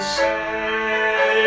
say